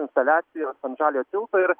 instaliacijos ant žaliojo tilto ir